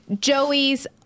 Joey's